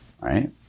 right